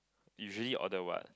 usually order what